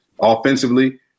offensively